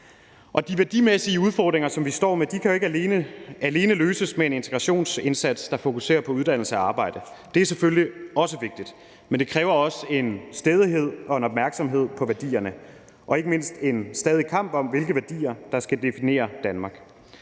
De værdimæssige udfordringer, som vi står med, kan jo ikke alene løses med en integrationsindsats, der fokuserer på uddannelse og arbejde. Det er selvfølgelig også vigtigt, men det kræver også en stædighed og en opmærksomhed på værdierne, og ikke mindst en stadig kamp om, hvilke værdier der skal definere Danmark.